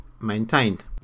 maintained